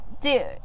dude